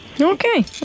Okay